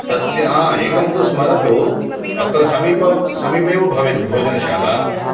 तस्य एकं तु स्मरतु अत्र समीपं समीपेव भवेत् भोजनशाला